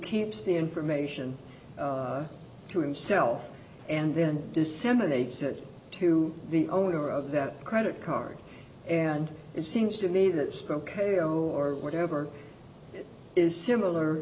keeps the information to himself and then disseminates it to the owner of that credit card and it seems to me that it's ok or whatever is similar